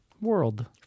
world